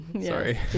sorry